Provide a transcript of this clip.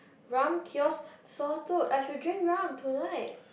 rum cures sore throat I should rum tonight